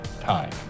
time